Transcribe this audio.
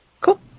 Cool